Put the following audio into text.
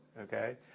okay